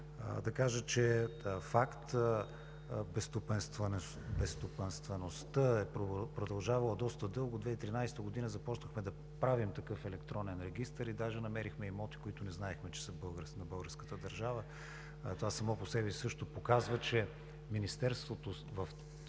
Факт е, че безстопанствеността е продължавала доста дълго. През 2013 г. започнахме да правим такъв електронен регистър и даже намерихме имоти, които не знаехме, че са на българската държава. Това само по себе си също показва, че Министерството в